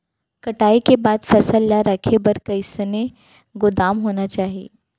कटाई के बाद फसल ला रखे बर कईसन गोदाम होना चाही?